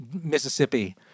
Mississippi